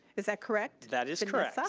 is that correct? that is correct, so